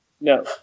No